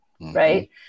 right